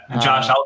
Josh